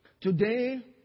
Today